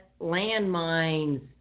landmines